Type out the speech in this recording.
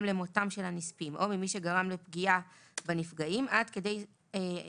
למותם של הנספים או ממי שגרם לפגיעה בנפגעים עד כדי סכום